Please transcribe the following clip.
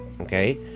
okay